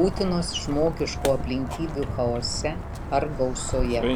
būtinos žmogiškų aplinkybių chaose ar gausoje